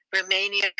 Romania